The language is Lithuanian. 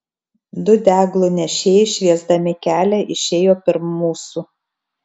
du deglų nešėjai šviesdami kelią išėjo pirm mūsų